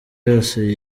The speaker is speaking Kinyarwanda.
yose